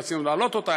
רצינו להעלות אותה,